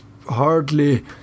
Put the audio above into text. hardly